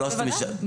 בוודאי.